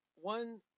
One